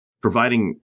Providing